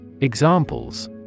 Examples